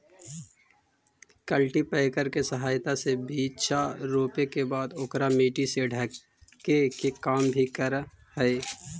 cultipacker के सहायता से बीचा रोपे के बाद ओकरा मट्टी से ढके के काम भी करऽ हई